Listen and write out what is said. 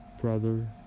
brother